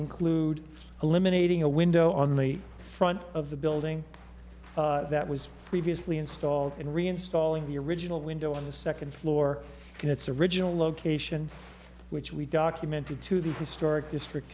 include eliminating a window on the front of the building that was previously installed and reinstalling the original window on the second floor in its original location which we documented to the historic district